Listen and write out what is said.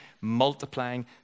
multiplying